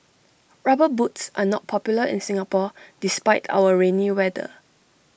rubber boots are not popular in Singapore despite our rainy weather